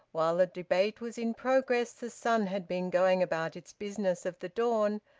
while the debate was in progress, the sun had been going about its business of the dawn,